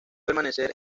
permanecer